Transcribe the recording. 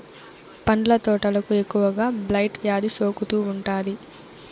పండ్ల తోటలకు ఎక్కువగా బ్లైట్ వ్యాధి సోకుతూ ఉంటాది